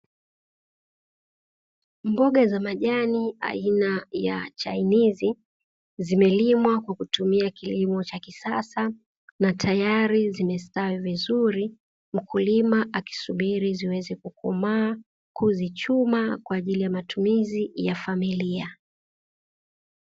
Mboga za majani aina ya chainizi zimelimwa kwa kutumia kilimo cha kisasa na tayari zimestawi vizuri, mkulima akisubiri ziweze kukomaa, kuzichuma kwa ajili ya matumizi ya familia.